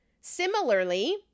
Similarly